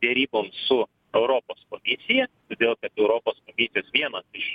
deryboms su europos komisija todėl kad europos komisijos vienas iš